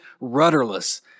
rudderless